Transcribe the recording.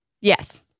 Yes